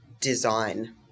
design